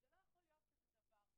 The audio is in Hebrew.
זה לא יכול להיות כזה דבר.